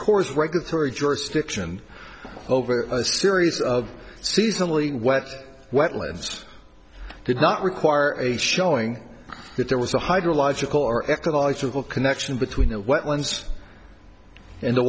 corps regulatory jurisdiction over a series of seasonally what wetlands did not require a showing that there was a hydrological or ecological connection between the wet ones in the